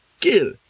kill